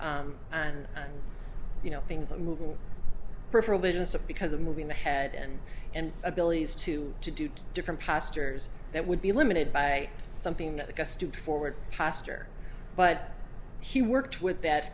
and you know things are moving peripheral business of because of moving the head and and abilities to to do different postures that would be limited by something like a stupid forward pastor but he worked with that